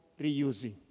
reusing